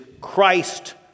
Christ